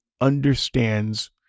understands